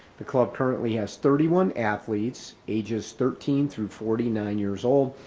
the club currently has thirty one athletes, ages thirteen through forty nine years old,